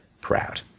proud